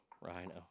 Rhino